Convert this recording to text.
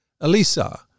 Elisa